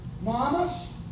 Mamas